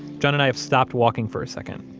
john and i have stopped walking for a second.